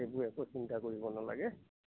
সেইবোৰ একো চিন্তা কৰিব নালাগে